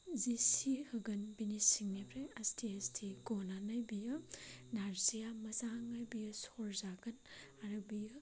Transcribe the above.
जि सि होगोन बेनि सिंनिफ्राय आस्टे आस्टे गनानै बियो नारजिया मोजाङै बेयो सरजागोन आरो बेयो